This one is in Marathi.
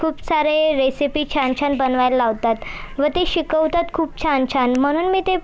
खूप सारे रेसिपी छान छान बनवायला लावतात व ते शिकवतात खूप छान छान म्हणून मी ते